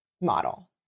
model